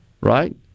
right